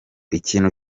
ikintu